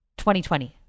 2020